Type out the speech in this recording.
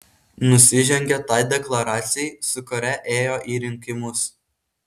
nusižengia tai deklaracijai su kuria ėjo į rinkimus